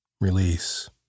Release